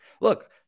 look